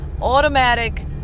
automatic